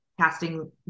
casting